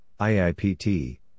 IIPT